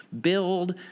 build